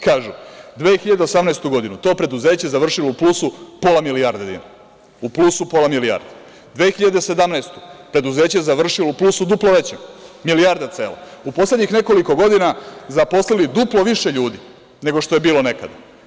Kažu – 2018. godinu to preduzeće je završilo u plusu pola milijarde dinara, 2017. godine preduzeće je završilo u plusu duplo većem, milijarda cela, u poslednjih nekoliko godina zaposlili duplo više ljudi nego što je bilo nekad.